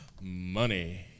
money